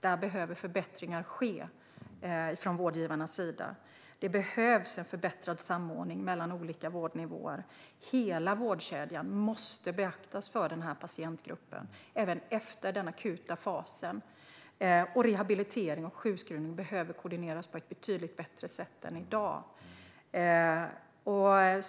Här behöver vårdgivarna bli bättre. Det behövs en förbättrad samordning mellan olika vårdnivåer. Hela vårdkedjan måste beaktas för denna patientgrupp, även efter den akuta fasen. Rehabilitering och sjukskrivning behöver koordineras på ett betydligt bättre sätt än i dag.